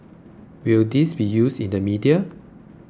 will this be used in the media